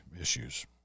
issues